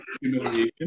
humiliation